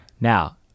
Now